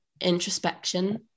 introspection